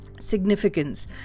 significance